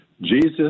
Jesus